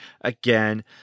again